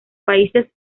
países